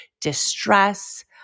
distress